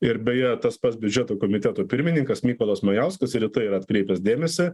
ir beje tas pats biudžeto komiteto pirmininkas mykolas majauskas ir į tai yra atkreipęs dėmesį